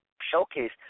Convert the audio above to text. showcase